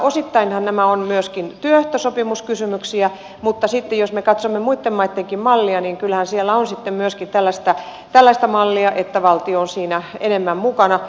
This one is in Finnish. osittainhan nämä ovat myöskin työehtosopimuskysymyksiä mutta sitten jos me katsomme muitten maittenkin mallia niin kyllähän siellä on sitten myöskin tällaista mallia että valtio on siinä enemmän mukana